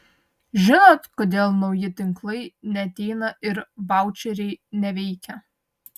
žinot kodėl nauji tinklai neateina ir vaučeriai neveikia